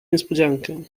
niespodziankę